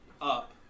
up